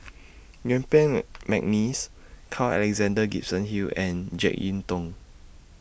Yuen Peng Mcneice Carl Alexander Gibson Hill and Jek Yeun Thong